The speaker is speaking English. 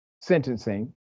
sentencing